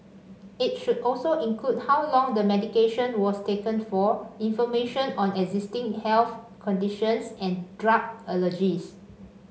it should also include how long the medication was taken for information on existing health conditions and drug allergies